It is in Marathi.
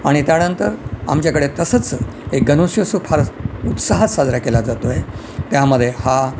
आणि त्यानंतर आमच्याकडे तसंच एक फार उत्साहात साजरा केला जातो आहे त्यामध्ये हा